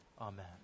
Amen